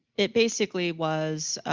it basically was